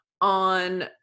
on